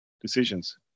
decisions